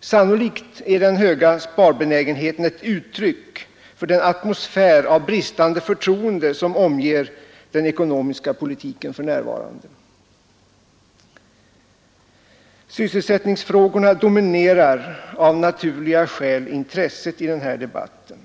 Sannolikt är den höga sparbenägenheten ett uttryck för den atmosfär av bristande förtroende som omger den ekonomiska politiken för närvarande. Sysselsättningsfrågorna dominerar av naturliga skäl intresset i den här debatten.